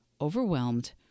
overwhelmed